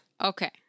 Okay